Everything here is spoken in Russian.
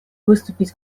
выступить